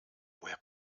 woher